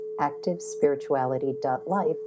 activespirituality.life